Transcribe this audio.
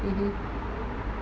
mmhmm